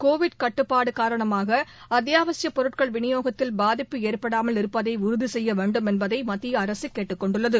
Covid கட்டுப்பாடு காரணமாக அத்தியாவசிய பொருட்கள் விநியோகத்தில் பாதிப்பு ஏற்படாமல் இருப்பதை உறுதி செய்ய வேண்டும் என்பதை மத்திய அரசு கேட்டுக்கொண்டுள்ளது